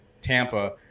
Tampa